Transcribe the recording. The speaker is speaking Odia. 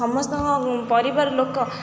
ସମସ୍ତଙ୍କ ପରିବାର ଲୋକ